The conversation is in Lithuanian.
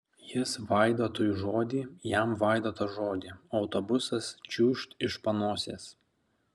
jis vaidotui žodį jam vaidotas žodį o autobusas čiūžt iš panosės